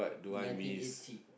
ninety eighty